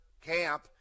camp